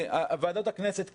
שוועדת הכנסת בכלל,